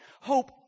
Hope